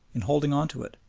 in holding on to it.